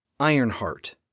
Ironheart